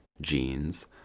Genes